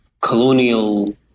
colonial